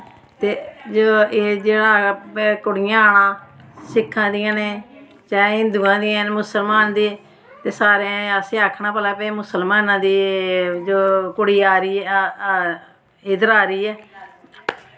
ते जो एह् जेह्ड़ा कुड़ियां न सिक्खां दियां न चाहे हिन्दुआं दियां न मुसलमान दी एह् सारें असें आखना भला एह् मुसलमाना दी जो कुड़ी आ दी इद्धर आ दी ऐ